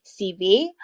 CV